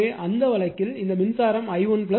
எனவே அந்த வழக்கில் இந்த மின்சாரம் i1 i2